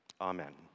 amen